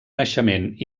naixement